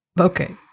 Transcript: Okay